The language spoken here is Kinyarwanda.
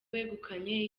wegukanye